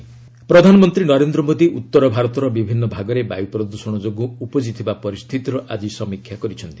PM pollution ପ୍ରଧାନମନ୍ତ୍ରୀ ନରେନ୍ଦ୍ର ମୋଦୀ ଉତ୍ତର ଭାରତର ବିଭିନ୍ନ ଭାଗରେ ବାୟ ପ୍ରଦ୍ଷଣ ଯୋଗୁଁ ଉପୁଜିଥିବା ପରିସ୍ଥିତିର ଆଜି ସମୀକ୍ଷା କରିଛନ୍ତି